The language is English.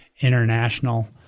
international